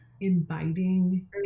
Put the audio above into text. inviting